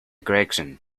gregson